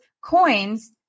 coins